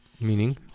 Meaning